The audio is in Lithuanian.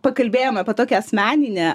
pakalbėjom apie tokią asmeninę